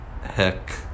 Heck